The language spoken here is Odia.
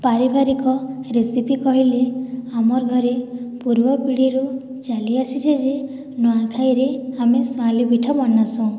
ପାରିବାରିକ ରେସିପି କହିଲେ ଆମର୍ ଘରେ ପୁର୍ବପିଢ଼ିରୁ ଚାଲିଆସିଛେ ଯେ ନୂଆଖାଇରେ ଆମେ ସୁଆଁଲି ପିଠା ବନାସୁଁ